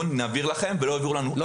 אומרים לנו נעביר לכם ולא העבירו לנו כלום.